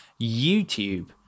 YouTube